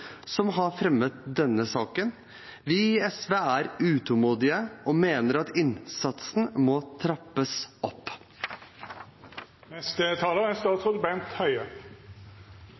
som har fremmet denne saken. Vi i SV er utålmodige og mener at innsatsen må trappes opp. Osteoporose forårsaker mye lidelse og store kostnader for samfunnet. Det er